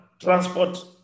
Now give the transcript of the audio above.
transport